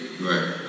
Right